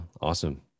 awesome